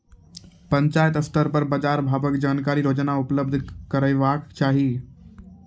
पंचायत स्तर पर बाजार भावक जानकारी रोजाना उपलब्ध करैवाक चाही?